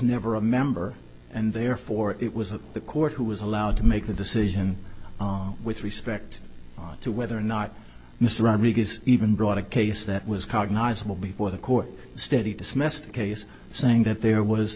never a member and therefore it was the court who was allowed to make the decision with respect to whether or not mr rodriguez even brought a case that was cognizable before the court steady dismissed case saying that there was